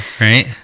right